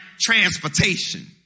transportation